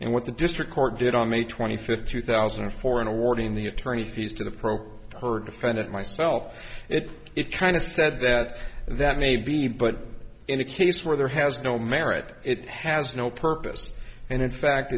and what the district court did on may twenty fifth two thousand and four in awarding the attorney fees to the program her defendant myself it it kind of said that that may be but in a case where there has no merit it has no purpose and in fact